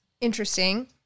interesting